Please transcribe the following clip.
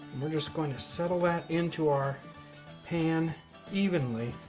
we're just going to settle that into our pan evenly